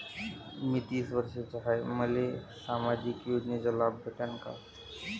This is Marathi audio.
मी तीस वर्षाचा हाय तर मले सामाजिक योजनेचा लाभ भेटन का?